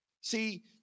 See